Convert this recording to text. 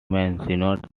mentioned